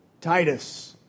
Titus